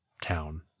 town